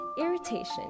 Irritation